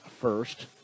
first